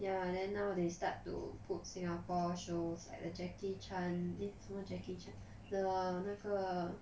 ya then now they start to put singapore shows like the jackie chan eh 什么 jackie chan 的那个